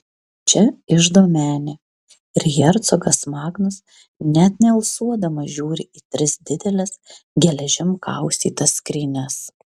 čia iždo menė ir hercogas magnus net nealsuodamas žiūri į tris dideles geležim kaustytas skrynias